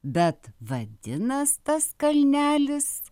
bet vadinas tas kalnelis